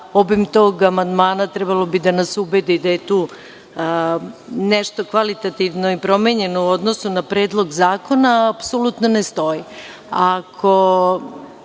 obim tog amandmana trebalo bi da nas ubede da je tu nešto kvalitativno i promenjeno u odnosu na Predlog zakona, apsolutno ne stoji. Ako